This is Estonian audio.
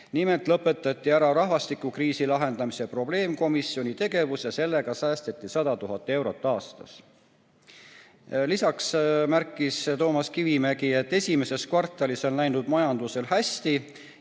Nimelt lõpetati rahvastikukriisi lahendamise probleemkomisjoni tegevus ja sellega säästeti 100 000 eurot aastas. Lisaks märkis Toomas Kivimägi, et esimeses kvartalis on majandusel hästi